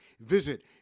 Visit